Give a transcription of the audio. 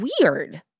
weird